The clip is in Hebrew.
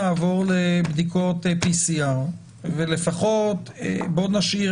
בדיון הקודם שנעבור לבדיקות PCR ולפחות נשאיר